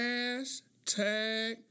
Hashtag